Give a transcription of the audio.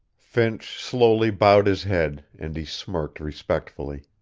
finch slowly bowed his head, and he smirked respectfully.